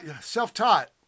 self-taught